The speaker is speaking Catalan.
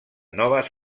noves